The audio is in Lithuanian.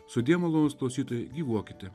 sudie malonūs klausytojai gyvuokite